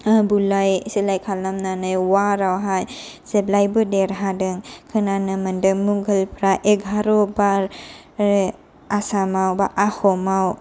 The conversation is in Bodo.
बुलाय सोलाय खालामनानै वारावहाय जेब्लायबो देरहादों खोनानो मोन्दों मुगालफोरा एघार'बार आसामाव बा आहमाव